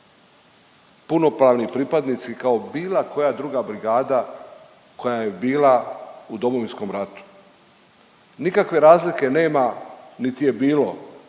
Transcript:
punopravni pripadnici kao bilo koja druga brigada koja je bila u Domovinskom ratu. Nikakve razlike nema, niti je bilo.